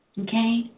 Okay